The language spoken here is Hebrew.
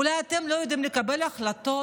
אולי אתם לא יודעים לקבל החלטות?